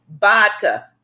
vodka